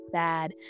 sad